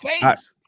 face